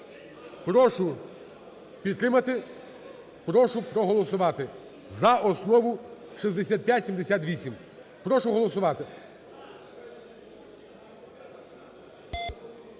Прошу підтримати, прошу проголосувати за основу 6578. Прошу голосувати.